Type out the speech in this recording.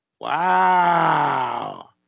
Wow